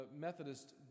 Methodist